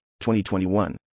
2021